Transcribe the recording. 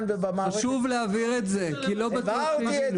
חשוב להבהיר את זה, כי לא בטוח שהם הבינו.